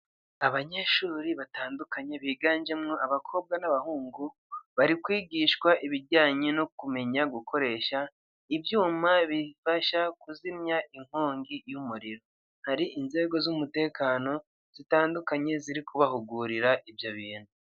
Abanyeshuri batandukanye biganjemo abakobwa n'abahungu , bari kwigishwa ibijyanye no kumenya gukoresha ibyuma bifasha kuzimya inkongi y'umuriro , hari inzego z'umutekano zitandukanye ziri kubahugurira ibyo bintu.